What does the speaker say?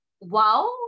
Wow